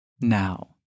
Now